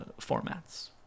formats